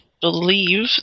believe